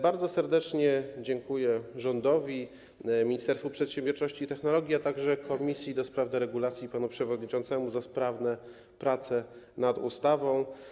Bardzo serdecznie dziękuję rządowi, Ministerstwu Przedsiębiorczości i Technologii, a także komisji do spraw deregulacji i panu przewodniczącemu za sprawne prace nad ustawą.